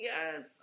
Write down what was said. Yes